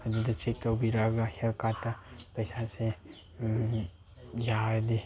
ꯑꯗꯨꯗ ꯆꯦꯛ ꯇꯧꯕꯤꯔꯛꯑꯒ ꯍꯦꯜꯊ ꯀꯥꯔꯠꯇ ꯄꯩꯁꯥꯁꯦ ꯌꯥꯔꯗꯤ